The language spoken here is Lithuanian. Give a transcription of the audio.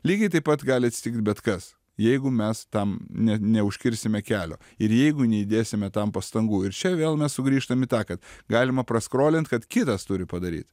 lygiai taip pat gali atsitikt bet kas jeigu mes tam ne neužkirsime kelio ir jeigu neįdėsime tam pastangų ir čia vėl mes sugrįžtam į tą kad galima praskolint kad kitas turi padaryt